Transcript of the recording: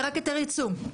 זה רק היתר ייצוא.